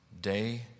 day